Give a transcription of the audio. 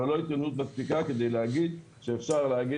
אבל לא התקדמות מספיקה כדי שיהיה אפשר להגיד